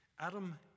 Adam